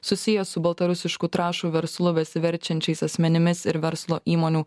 susiję su baltarusiškų trąšų verslu besiverčiančiais asmenimis ir verslo įmonių